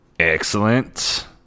Excellent